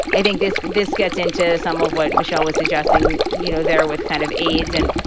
i think this this gets into some of what michelle was suggesting. you know, there with kind of aids and,